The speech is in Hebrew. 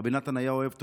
רבי נתן היה אוהב תורה,